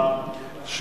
מס'